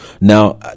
now